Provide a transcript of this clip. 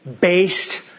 based